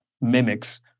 mimics